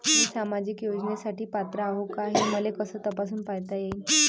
मी सामाजिक योजनेसाठी पात्र आहो का, हे मले कस तपासून पायता येईन?